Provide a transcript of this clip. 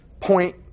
point